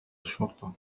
الشرطة